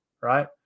right